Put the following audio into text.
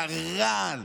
את הרעל.